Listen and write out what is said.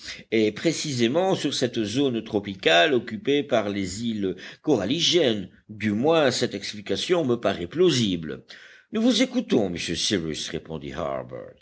et précisément sur cette zone tropicale occupée par les îles coralligènes du moins cette explication me paraît plausible nous vous écoutons monsieur cyrus répondit